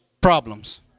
problems